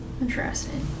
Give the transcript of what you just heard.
interesting